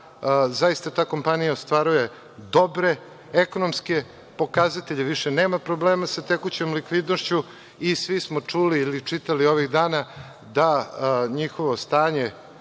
zaista ta kompanija ostvaruje dobre ekonomske pokazatelje, više nema probleme sa tekućom likvidnošću, i svi smo čuli ili čitali ovih dana, da njihovo stanje